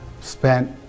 spent